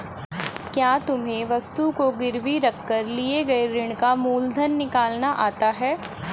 क्या तुम्हें वस्तु को गिरवी रख कर लिए गए ऋण का मूलधन निकालना आता है?